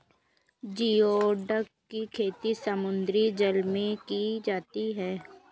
geoduck की खेती समुद्री जल में की जाती है